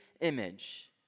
image